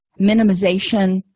minimization